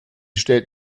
stellt